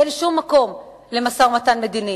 אין שום מקום למשא-ומתן מדיני.